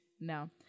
No